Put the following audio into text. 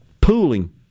pooling